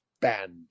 band